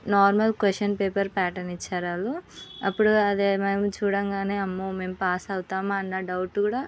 normal question paper pattern ఇచ్చారు వాళ్ళు అప్పుడు అదే ఏంటని చూడగానే అమ్మో మేము పాస్ అవుతామా అన్న డౌట్ కూడా